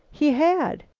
he had.